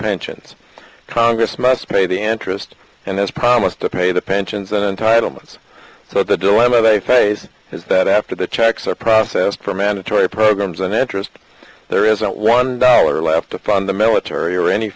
pensions congress must pay the interest and his promise to pay the pensions and entitlements so the dilemma they face is that after the checks are processed for mandatory programs and interest there isn't one dollar left to fund the military or any